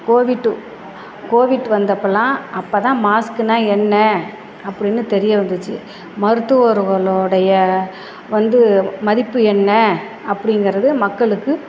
covid Covid வந்தப்போலாம் அப்போதான் மாஸ்க்குனால் என்ன அப்படின்னு தெரிய வந்துச்சு மருத்துவர்களோடைய வந்து மதிப்பு என்ன அப்படிங்கிறது மக்களுக்கு